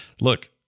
Look